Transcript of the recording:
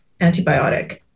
antibiotic